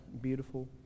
beautiful